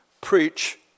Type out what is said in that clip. preach